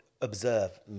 observe